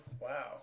Wow